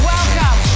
Welcome